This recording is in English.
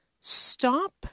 stop